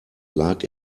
lag